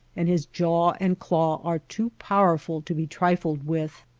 and his jaw and claw are too powerful to be trifled with.